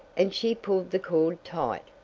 and she pulled the cord tight.